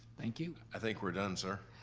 thank you. i think we're done, sir.